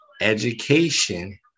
Education